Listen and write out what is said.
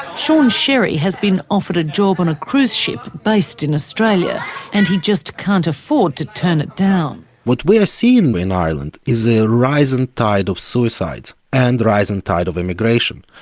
sean sherry has been offered a job on a cruise ship based in australia and he just can't afford to turn it down. what we are seeing in ireland is a a rising tide of suicides and a rising tide of immigration.